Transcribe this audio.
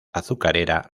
azucarera